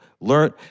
learn